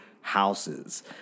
houses